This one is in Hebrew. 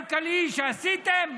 כלכלי, שעשיתם?